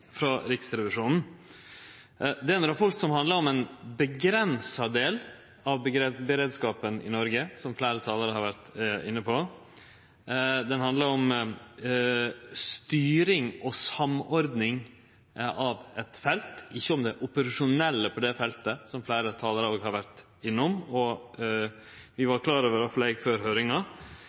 frå Riksrevisjonen. Det er ein rapport som handlar om ein avgrensa del av beredskapen i Noreg, som fleire talarar har vore inne på. Han handlar om styring og samordning av eit felt, ikkje om det operasjonelle på det feltet, som fleire talarar òg har vore innom, og som vi – i alle fall eg – var klare over før høyringa.